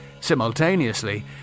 Simultaneously